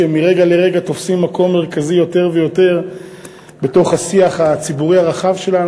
שמרגע לרגע תופסים מקום מרכזי יותר ויותר בתוך השיח הציבורי הרחב שלנו.